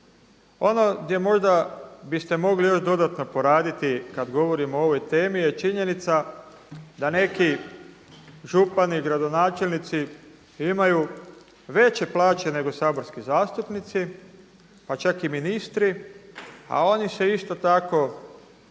Ono gdje možda biste mogli još dodatno poraditi kada govorimo o ovoj temi je činjenica da neki župani, gradonačelnici imaju veće plaće nego saborski zastupnici, pa čak i ministri a oni se isto tako